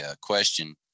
question